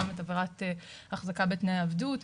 גם את עבירת החזקה בתנאי עבדות,